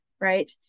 right